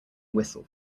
whistle